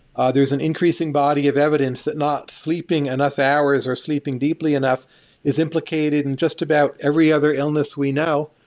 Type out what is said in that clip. ah there's an increasing body of evidence that not sleeping enough hours or sleeping deeply enough is implicated in just about every other illness we know,